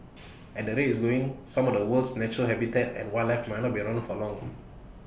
at the rate IT is going some of the world's natural habitat and wildlife might not be around for long